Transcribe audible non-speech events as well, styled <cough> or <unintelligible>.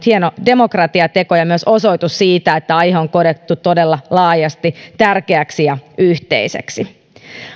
<unintelligible> hieno demokratiateko ja myös osoitus siitä että aihe on koettu todella laajasti tärkeäksi ja yhteiseksi